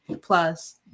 Plus